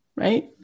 right